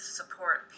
support